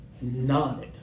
nodded